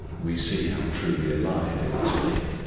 we see how truly alive it must be.